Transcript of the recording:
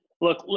Look